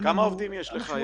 אין לנו --- כמה עובדים יש לך,